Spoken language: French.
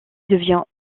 devient